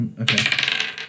Okay